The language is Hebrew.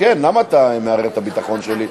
למה אתה מערער את הביטחון שלי?